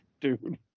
dude